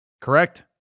Correct